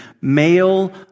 male